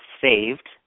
saved